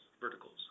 verticals